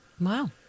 Wow